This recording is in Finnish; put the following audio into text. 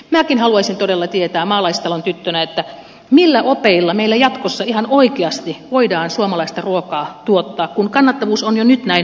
minäkin haluaisin todella tietää maalaistalon tyttönä millä opeilla meillä jatkossa ihan oikeasti voidaan suomalaista ruokaa tuottaa kun kannattavuus on jo nyt näin olematon